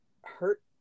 hurt